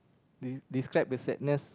des~ describe the sadness